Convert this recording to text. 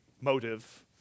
motive